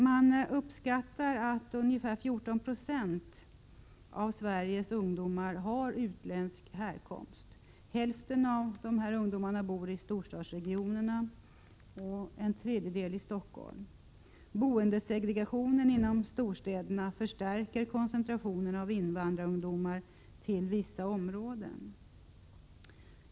Man uppskattar att 14 26, dvs. ca 150 000, av Sveriges ungdomar har utländsk härkomst. Hälften bor i storstadsregionerna och en tredjedel i Stockholm: Boendesegregationen inom storstäderna förstärker koncentrationen av invandrarungdomar till vissa områden.